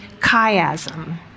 chiasm